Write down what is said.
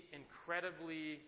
incredibly